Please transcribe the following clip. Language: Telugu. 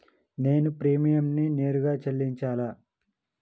నేను ప్రీమియంని నేరుగా చెల్లించాలా?